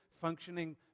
functioning